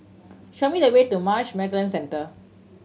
show me the way to Marsh and McLennan Centre